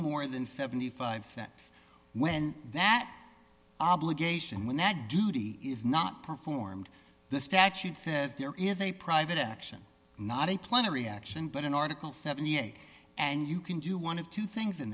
more than seventy five that when that obligation when that duty is not performed the statute says there is a private action not a plenary action but an article seventy eight and you can do one of two things in